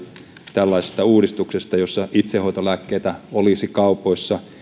tällaisesta uudistuksesta jossa itsehoitolääkkeitä olisi kaupoissa